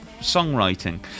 songwriting